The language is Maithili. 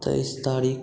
तेइस तारीख़